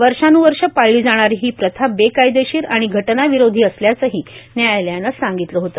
वर्षोन्वर्षे पाळली जाणारी ही प्रथा बेकायदेशीर आणि घटनाविरोधी असल्याचंही न्यायालयानं सांगितलं होतं